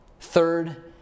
third